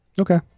Okay